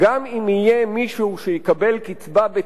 גם אם יהיה מישהו שיקבל קצבה בטעות,